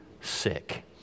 sick